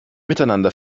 miteinander